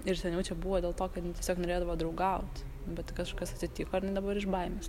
ir seniau čia buvo dėl to kad jin tiesiog norėdavo draugaut bet kažkas atsitiko ir jinai dabar iš baimės